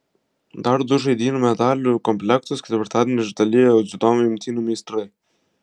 dar du žaidynių medalių komplektus ketvirtadienį išsidalijo dziudo imtynių meistrai